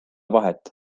vahet